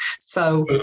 So-